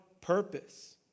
purpose